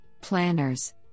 planners